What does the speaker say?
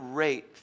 rate